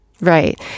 Right